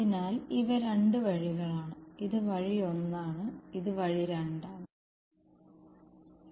അതിനാൽ ഇവ രണ്ട് വഴികളാണ് ഇത് വഴി 1 ആണ് ഇത് വഴി 2 ആണ്